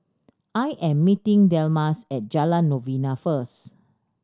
I am meeting Delmas at Jalan Novena first